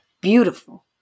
beautiful